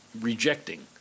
rejecting